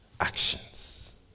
actions